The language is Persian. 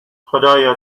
خدایا